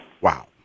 Wow